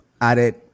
added